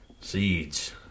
seeds